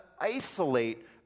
isolate